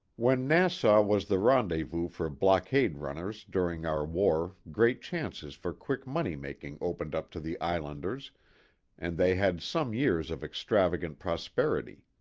when nassau was the rendezvous for block ade-runners during our war great chances for quick money-making opened up to the islanders and they had some years of extravagant pros perity.